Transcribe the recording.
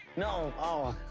no, oh.